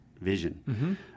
vision